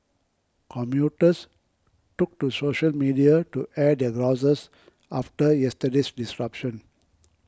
commuters took to social media to air their grouses after yesterday's disruption